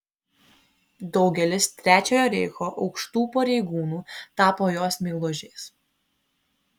daugelis trečiojo reicho aukštų pareigūnų tapo jos meilužiais